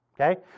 okay